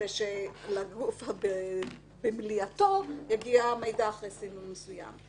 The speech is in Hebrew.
כדי שלגוף במליאתו יגיע המידע אחרי סינון מסוים.